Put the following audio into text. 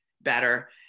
better